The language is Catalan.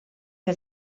que